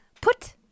Put